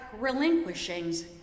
relinquishings